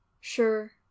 Sure